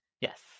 yes